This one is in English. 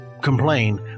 complain